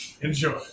Enjoy